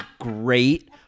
great